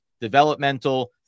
developmental